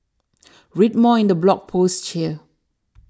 read more in the blog post here